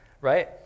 right